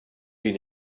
been